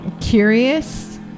Curious